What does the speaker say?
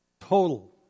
Total